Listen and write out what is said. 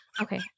Okay